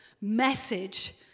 message